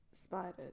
spiders